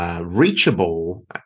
Reachable